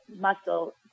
muscle